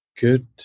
good